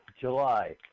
July